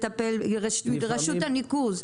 למשל לרשות הניקוז?